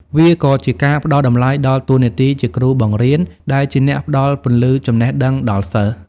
វាក៏ជាការផ្ដល់តម្លៃដល់តួនាទីជាគ្រូបង្រៀន ដែលជាអ្នកផ្ដល់ពន្លឺចំណេះដឹងដល់សិស្ស។